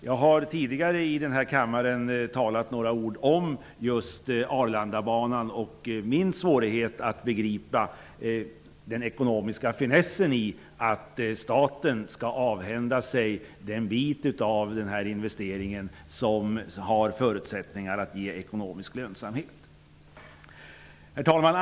Jag har tidigare i den här kammaren talat om just Arlandabanan och min svårighet att begripa den ekonomiska finessen i att staten skall avhända sig den bit av den här investeringen som har förutsättningar att ge ekonomisk lönsamhet. Herr talman!